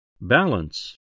Balance